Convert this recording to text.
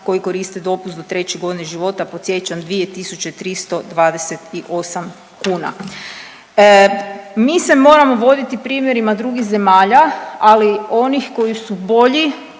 koji koriste dopust do 3.g. živote, podsjećam 2.328 kuna. Mi se moramo voditi primjerima drugih zemalja, ali onih koji su bolji